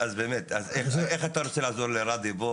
אז, באמת איך אתה רוצה לעזור לראדי?